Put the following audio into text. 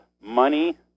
money